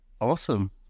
awesome